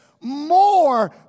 more